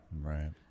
Right